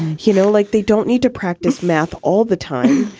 you know, like they don't need to practice math all the time.